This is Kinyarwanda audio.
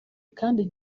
kandi